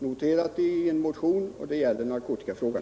Dessa pengar vill vi lägga på andra saker, nämligen narkotikafrågan.